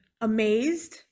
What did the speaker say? amazed